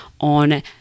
on